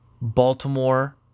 Baltimore